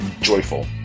joyful